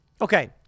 okay